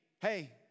hey